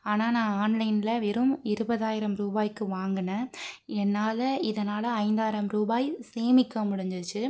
ஆனால் நான் ஆன்லைன்ல வெறும் இருபதாயிரம் ரூபாய்க்கு வாங்கினேன் என்னால் இதனால் ஐந்தாயிரம் ரூபாய் சேமிக்க முடிஞ்சிச்சு